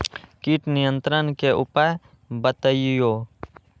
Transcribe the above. किट नियंत्रण के उपाय बतइयो?